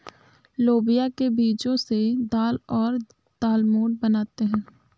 लोबिया के बीजो से दाल और दालमोट बनाते है